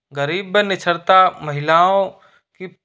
गरीब निरक्षरता महिलाओं की